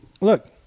Look